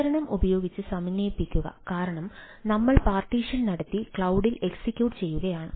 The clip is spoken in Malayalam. ഉപകരണം ഉപയോഗിച്ച് സമന്വയിപ്പിക്കുക കാരണം ഞങ്ങൾ പാർട്ടീഷൻ നടത്തി ക്ലൌഡിൽ എക്സിക്യൂട്ട് ചെയ്യുകയാണ്